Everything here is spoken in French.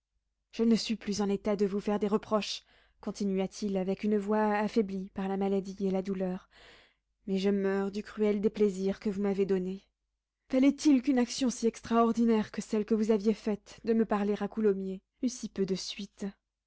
je ne suis plus en état de vous faire des reproches continua-t-il avec une voix affaiblie par la maladie et par la douleur mais je meurs du cruel déplaisir que vous m'avez donné fallait-il qu'une action aussi extraordinaire que celle que vous aviez faite de me parler à coulommiers eût si peu de suite